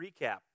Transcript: recap